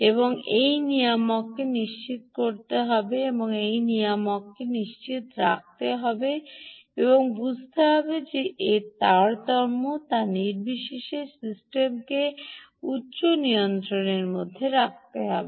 এবং এই নিয়ামককে নিশ্চিত করতে হবে যে এই নিয়ামককে এটি নিশ্চিত করতে হবে যে বোঝা কীভাবে তারতম্য হয় তা নির্বিশেষে সিস্টেমকে উচ্চ নিয়ন্ত্রণের মধ্যে রাখতে হবে